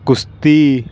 कुश्ती